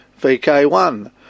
VK1